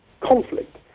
conflict